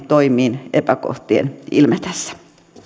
toimiin epäkohtien ilmetessä